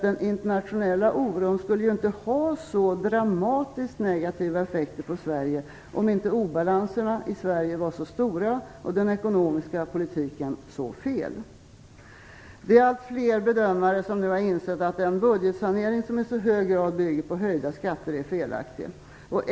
Den internationella oron skulle inte ha så dramatiskt negativa effekter på Sverige om inte obalanserna i Sverige var så stora och den ekonomiska politiken så fel. Allt fler bedömare har nu insett att den budgetsanering som i så hög grad bygger på höjda skatter är felaktig.